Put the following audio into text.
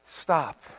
stop